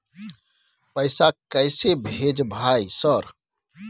पैसा कैसे भेज भाई सर?